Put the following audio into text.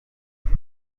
دیگه